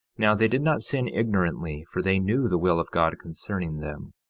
now they did not sin ignorantly, for they knew the will of god concerning them,